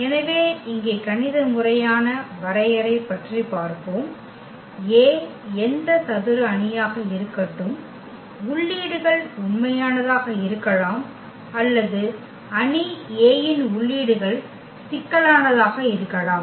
எனவே இங்கே கணித முறையான வரையறை பற்றி பார்ப்போம் A எந்த சதுர அணியாக இருக்கட்டும் உள்ளீடுகள் உண்மையானதாக இருக்கலாம் அல்லது அணி A இன் உள்ளீடுகள் சிக்கலானதாக இருக்கலாம்